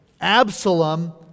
Absalom